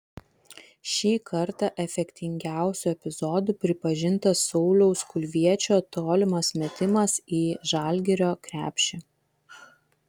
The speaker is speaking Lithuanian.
šį kartą efektingiausiu epizodu pripažintas sauliaus kulviečio tolimas metimas į žalgirio krepšį